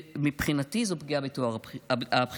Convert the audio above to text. ומבחינתי, זו פגיעה בטוהר הבחירות.